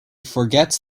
forgets